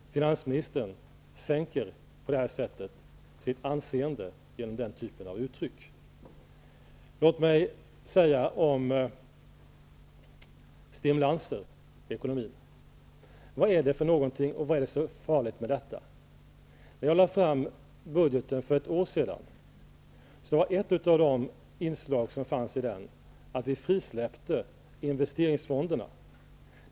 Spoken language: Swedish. Finansministern medverkar till att hennes anseende minskar genom att använda sig av den här typen av uttryck. Sedan något om detta med stimulanser i ekonomin. Vad är det som är så farligt i det sammanhanget? När jag för ett år sedan lade fram budgeten, var ett inslag i den att vi frisläppte investeringsfonderna.